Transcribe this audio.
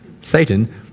Satan